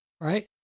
right